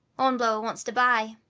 hornblower wants to buy.